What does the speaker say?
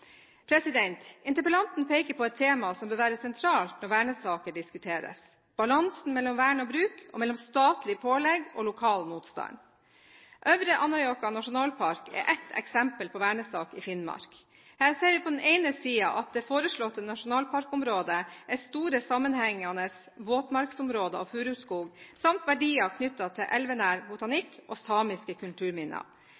miljøpolitikken. Interpellanten peker på et tema som vil være sentralt når vernesaker diskuteres: balansen mellom vern og bruk, og mellom statlig pålegg og lokal motstand. Øvre Anárjohka nasjonalpark er ett eksempel på vernesak i Finnmark. Her ser vi på den ene siden at det foreslåtte nasjonalparkområdet er store sammenhengende våtmarksområder og furuskog samt verdier knyttet til elvenær